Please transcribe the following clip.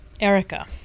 Erica